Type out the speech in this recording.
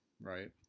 Right